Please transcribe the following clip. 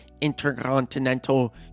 Intercontinental